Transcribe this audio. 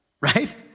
right